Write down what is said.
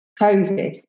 COVID